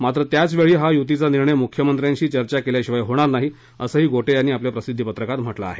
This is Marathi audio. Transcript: मात्र त्याचवेळी हा युतीचा निर्णय मुख्यमंत्र्यांशी चर्चा केल्याशिवाय होणार नाही असंही गोटे यांनी आपल्या प्रसिध्दी पत्रकात म्हटलं आहे